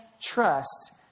trust